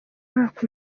mwaka